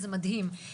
זה מדהים.